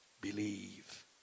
believe